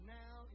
now